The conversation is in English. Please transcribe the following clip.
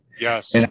Yes